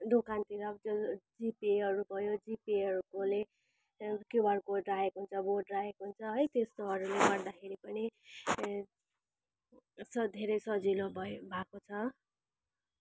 दोकानतिर जिपेहरू भयो जिपेहरूकोले क्युआर कोड राखेको हुन्छ बोर्ड राखेको हुन्छ है त्यस्तोहरूले गर्दाखेरि पनि स धेरै सजिलो भए भएको छ